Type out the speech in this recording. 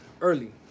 early